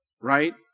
right